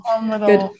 good